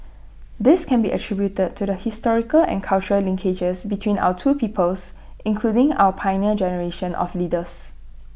this can be attributed to the historical and cultural linkages between our two peoples including our Pioneer Generation of leaders